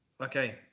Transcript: Okay